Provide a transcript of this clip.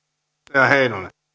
arvoisa